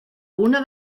una